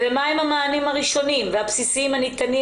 מה הם המענים הראשונים והבסיסיים הניתנים